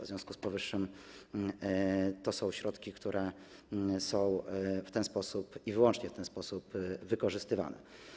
W związku z powyższym to są środki, które są w ten sposób, i wyłącznie w ten sposób, wykorzystywane.